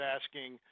asking